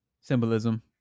symbolism